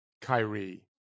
Kyrie